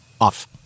Off